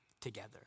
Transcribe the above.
together